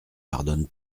pardonne